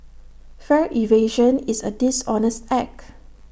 fare evasion is A dishonest act